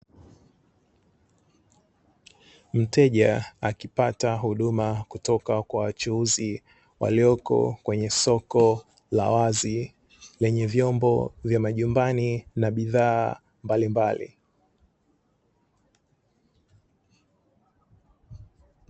Mteja akipata huduma kutoka kwa wachuuzi walioko kwenye soko la wazi, lenye vyombo vya majumbani na bidhaa mbalimbali.